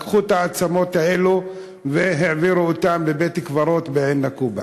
לקחו את העצמות האלה והעבירו אותן לבית-קברות בעין-נקובא.